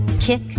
kick